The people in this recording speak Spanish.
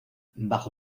bajo